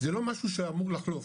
זה לא משהו שאמור לחלוף.